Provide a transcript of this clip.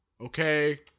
Okay